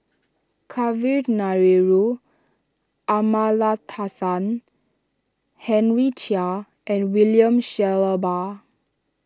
Kavignareru Amallathasan Henry Chia and William Shellabear